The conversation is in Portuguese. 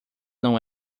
não